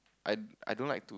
I I don't like to